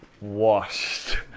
washed